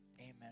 amen